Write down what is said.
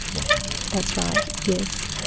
wasn't it? that's right, yes.